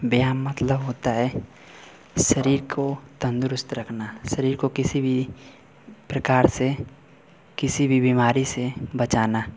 व्यायाम मतलब होता है शरीर को तंदुरुस्त रखना शरीर को किसी भी प्रकार से किसी भी बीमारी से बचाना